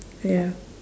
ya